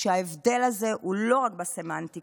שההבדל הזה הוא לא רק בסמנטיקה.